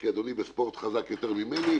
כי אדוני בספורט חזק יותר ממני,